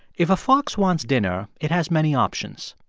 if a fox wants dinner, it has many options.